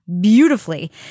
beautifully